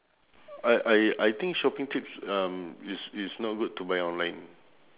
I I I think shopping tips um it's it's not good to buy online